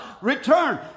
return